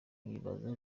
nkibaza